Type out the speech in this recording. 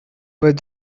but